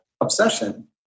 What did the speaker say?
obsession